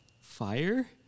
Fire